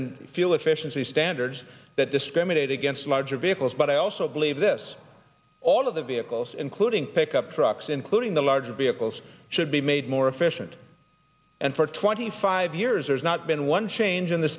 in fuel efficiency standards that discriminate against larger vehicles but i also believe this all of the vehicles including pickup trucks including the larger vehicles should be made more efficient and for twenty five years there's not been one change in the